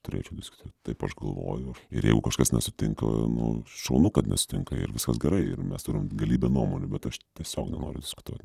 turėčiau viska tai taip aš galvoju ir jeigu kažkas nesutinka nu šaunu kad nesutinka ir viskas gerai ir mes turim galybę nuomonių bet aš tiesiog nenoriu diskutuot